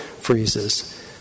freezes